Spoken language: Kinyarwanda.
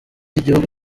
igihugu